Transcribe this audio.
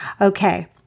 Okay